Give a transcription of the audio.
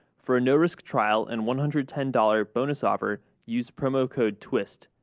for no-risk trial and one hundred ten dollar bonus offer, use promo code twist.